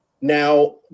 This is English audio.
Now